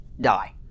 die